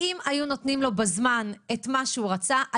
אם היו נותנים לו בזמן את מה שהוא רצה,